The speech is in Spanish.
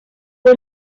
por